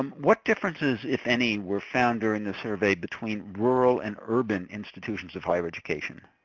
um what differences if any were found during the survey between rural and urban institutions of higher education?